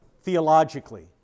theologically